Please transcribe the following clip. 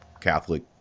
catholic